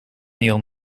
ihrem